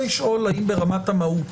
האם ברמת המהות,